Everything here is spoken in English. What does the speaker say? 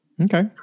okay